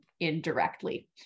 Indirectly